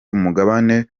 umugabane